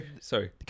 Sorry